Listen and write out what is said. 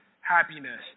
happiness